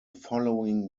following